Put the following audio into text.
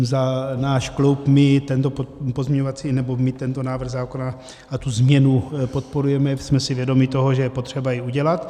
Za náš klub my tento pozměňovací, nebo my tento návrh zákona a tu změnu podporujeme, jsme si vědomi toho, že je potřeba ji udělat.